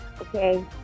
Okay